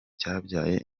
cyabyaye